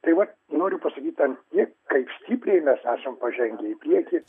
tai vat noriu pasakyti ant tiek kaip stipriai mes esam žengę į priekį